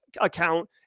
account